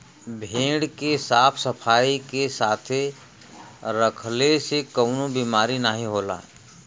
भेड़ के साफ सफाई के साथे रखले से कउनो बिमारी नाहीं होला